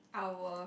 our